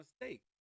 mistake